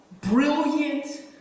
brilliant